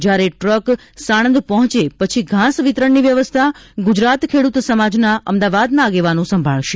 જ્યારે ટ્રક સાણંદ પહોંચે પછી ઘાસ વિતરણની વ્યવસ્થા ગુજરાત ખેડૂત સમાજના અમદાવાદના આગેવાનો સંભાળશે